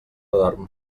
dorm